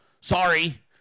sorry